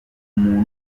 umuntu